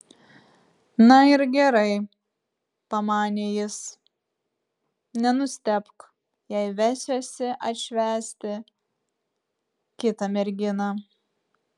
na ir gerai pamanė jis nenustebk jei vesiuosi atšvęsti kitą merginą